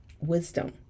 wisdom